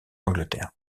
angleterre